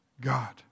God